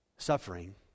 Suffering